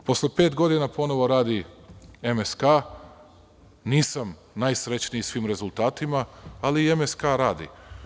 Posle pet godina ponovo radi MSK, nisam najsrećniji svim rezultatima, ali MSK radi.